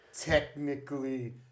technically